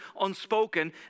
unspoken